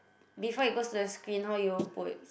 before it goes to the screen how y'all put